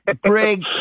Greg